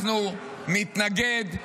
אנחנו נתנגד.